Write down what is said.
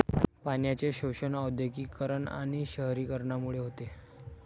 पाण्याचे शोषण औद्योगिकीकरण आणि शहरीकरणामुळे होते